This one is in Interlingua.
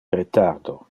retardo